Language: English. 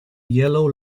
yellow